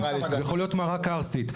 זה יכול להיות מערה קרסטית.